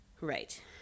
right